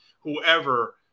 whoever